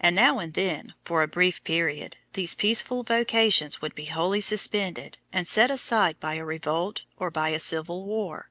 and now and then, for a brief period, these peaceful vocations would be wholly suspended and set aside by a revolt or by a civil war,